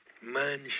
man